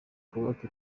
twubake